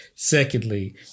Secondly